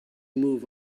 move